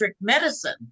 medicine